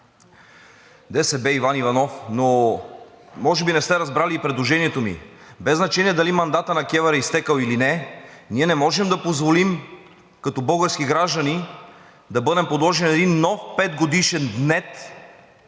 от ДСБ Иван Иванов, но може би не сте разбрали предложението ми. Без значение дали мандатът на КЕВР е изтекъл или не, ние не можем да позволим като български граждани да бъдем подложени на един нов петгодишен гнет,